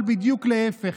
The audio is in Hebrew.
אבל בדיוק להפך,